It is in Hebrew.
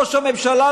ראש הממשלה,